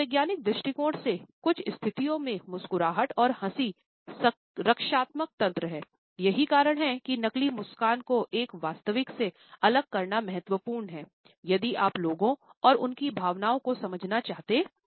मनोवैज्ञानिक दृष्टिकोण से कुछ स्थितियों में मुस्कुराहट और हंसी रक्षात्मक तंत्र हैं यही कारण है कि नकली मुस्कान को एक वास्तविक से अलग करना महत्वपूर्ण है यदि आप लोगों और उनकी भावनाओं को समझना चाहते हैं